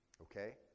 Okay